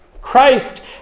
Christ